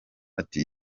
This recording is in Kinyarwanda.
ati